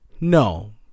No